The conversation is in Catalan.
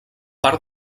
part